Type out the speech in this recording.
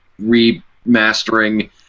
remastering